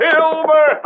Silver